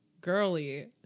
girly